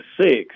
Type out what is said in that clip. six